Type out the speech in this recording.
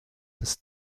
des